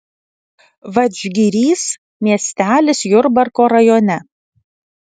vadžgirys miestelis jurbarko rajone